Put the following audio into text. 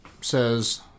says